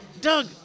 Doug